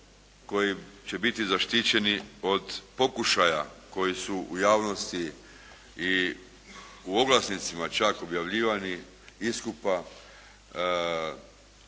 koji će biti zaštićeni od pokušaja koji su u javnosti i u oglasnicima čak objavljivani, iskupa